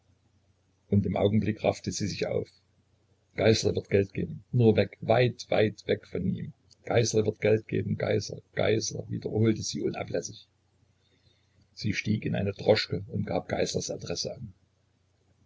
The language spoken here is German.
und im augenblick raffte sie sich auf geißler wird geld geben nur weg weit weit weg von ihm geißler wird geld geben geißler geißler wiederholte sie unablässig sie stieg in eine droschke und gab geißlers adresse an